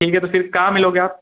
ठीक है तो फिर कहाँ मिलोगे आप